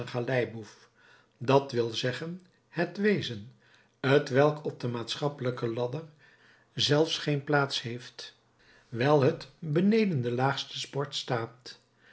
een galeiboef dat wil zeggen het wezen t welk op de maatschappelijke ladder zelfs geen plaats heeft wijl het beneden den laagsten sport staat